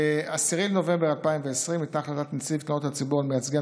ב-10 בנובמבר 2020 ניתנה החלטת נציב תלונות הציבור על מייצגי